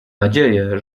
nadzieję